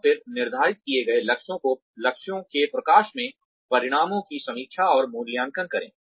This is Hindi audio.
और फिर निर्धारित किए गए लक्ष्यों के प्रकाश में परिणामों की समीक्षा और मूल्यांकन करें